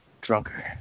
drunker